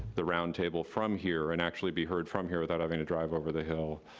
the roundtable from here and actually be heard from here without having to drive over the hill,